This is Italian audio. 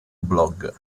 blog